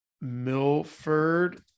Milford